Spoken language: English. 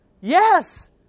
Yes